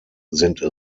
sind